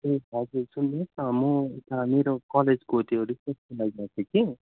ए हजुर सुन्नुहोस् न म उता मेरो कलेजको त्यो रिसर्चको लागि गएको थिएँ कि